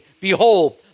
Behold